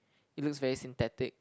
it looks very synthetic